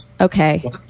Okay